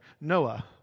Noah